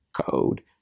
code